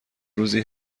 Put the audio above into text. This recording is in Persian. روزی